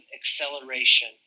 acceleration